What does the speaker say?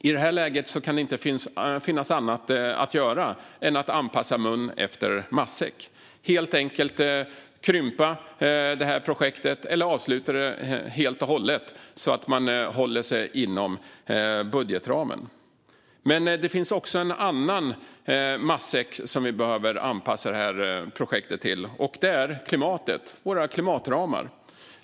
I det här läget kan det inte finnas något annat att göra än att rätta mun efter matsäcken och helt enkelt krympa projektet eller avsluta det helt och hållet så att man håller sig inom budgetramen. Det finns också en annan matsäck som vi behöver anpassa det här projektet till, och det är klimatet - våra klimatramar.